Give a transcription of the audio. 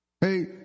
Hey